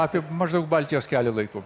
apie maždaug baltijos kelio laiku